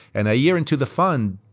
and a year into the fund,